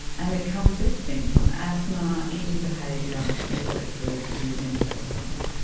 and it covers everything, from asthma, eating behaviour, all the way through to mental health problems.